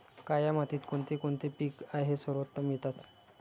काया मातीत कोणते कोणते पीक आहे सर्वोत्तम येतात?